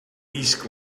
east